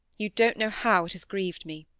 you don't know how it has grieved me